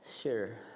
sure